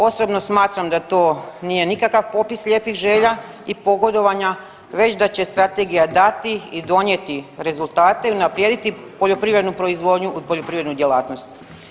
Osobno smatram da to nije nikakav popis lijepih želja i pogodovanja već da će strategija dati i donijeti rezultate i unaprijediti poljoprivrednu proizvodnju u poljoprivrednu djelatnost.